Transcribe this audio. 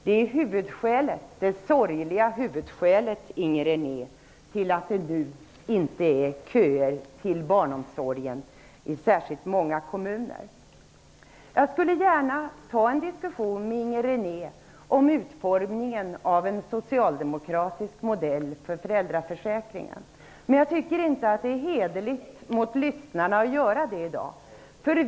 Det är det sorgliga huvudskälet, Inger René, till att det inte är köer till barnomsorgen i särskilt många kommuner. Jag skulle gärna ta upp en diskussion med Inger René om utformningen av en socialdemokratisk modell för föräldraförsäkringen, men jag tycker inte att det är hederligt mot lyssnarna att göra det i dag.